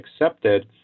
accepted